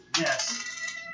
Yes